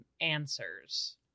answers